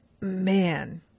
man